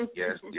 yes